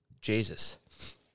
Jesus